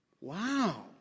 Wow